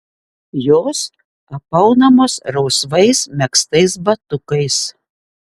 jos apaunamos rausvais megztais batukais